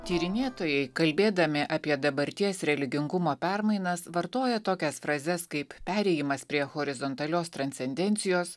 tyrinėtojai kalbėdami apie dabarties religingumo permainas vartoja tokias frazes kaip perėjimas prie horizontalios transcendencijos